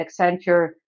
Accenture